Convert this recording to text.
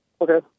Okay